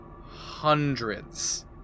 hundreds